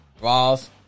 Ross